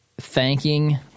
thanking